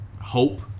hope